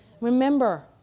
Remember